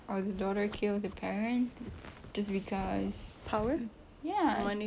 or the daughter kill the parents just cause power ya